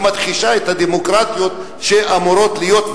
היא מכחישה את הדמוקרטיות שאמורות להיות,